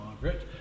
Margaret